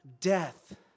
death